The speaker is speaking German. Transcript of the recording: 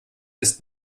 ist